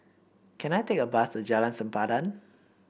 can I take a bus to Jalan Sempadan